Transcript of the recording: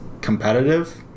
competitive